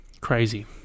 Crazy